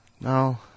No